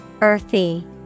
Earthy